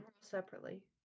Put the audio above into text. separately